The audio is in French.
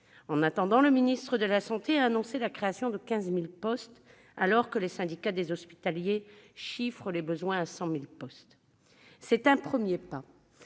En attendant, le ministre de la santé a annoncé la création de 15 000 postes alors que les syndicats des hospitaliers chiffrent les besoins à 100 000 postes. C'est un premier pas,